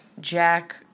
Jack